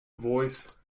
voice